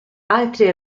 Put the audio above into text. altri